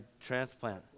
transplant